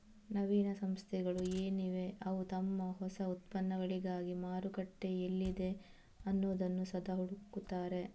ನವೀನ ಸಂಸ್ಥೆಗಳು ಏನಿವೆ ಅವು ತಮ್ಮ ಹೊಸ ಉತ್ಪನ್ನಗಳಿಗೆ ಮಾರುಕಟ್ಟೆ ಎಲ್ಲಿದೆ ಅನ್ನುದನ್ನ ಸದಾ ಹುಡುಕ್ತಾರೆ